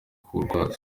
kurwaza